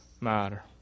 matter